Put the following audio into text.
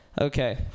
Okay